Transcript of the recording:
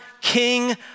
king